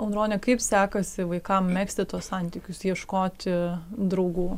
audrone kaip sekasi vaikam megzti tuos santykius ieškoti draugų